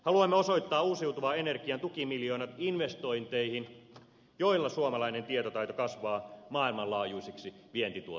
haluamme osoittaa uusiutuvan energian tukimiljoonat investointeihin joilla suomalainen tietotaito kasvaa maailmanlaajuisiksi vientituotteiksi